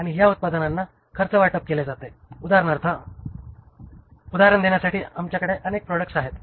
आणि या उत्पादनांना खर्चवाटप केले जाते उदाहरण देण्या साठी आमच्याकडे अनेक प्रॉडक्ट्स आहेत